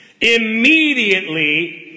Immediately